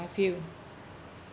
I feel